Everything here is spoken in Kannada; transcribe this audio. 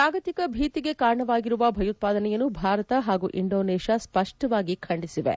ಜಾಗತಿಕ ಭೀತಿಗೆ ಕಾರಣವಾಗಿರುವ ಭಯೋತ್ವಾದನೆಯನ್ನು ಭಾರತ ಹಾಗೂ ಇಂಡೋನೇಷ್ಯಾ ಸ್ವಷ್ವವಾಗಿ ಖಂಡಿಸಿವೆ